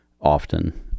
Often